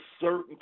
certain